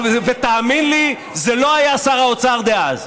ותאמין לי, זה לא היה שר האוצר דאז.